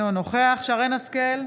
אינו נוכח שרן מרים השכל,